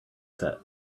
set